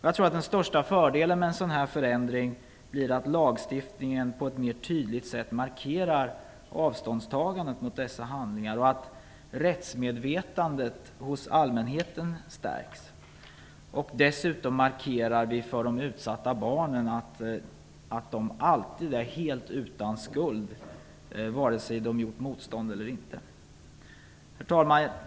Jag tror att den största fördelen med en sådan förändring blir att lagstiftningen på ett mer tydligt sätt markerar avståndstagandet mot dessa handlingar och att rättsmedvetandet stärks hos allmänheten. Dessutom är det en markering för de utsatta barnen att de alltid är helt utan skuld, vare sig de har gjort motstånd eller inte. Herr talman!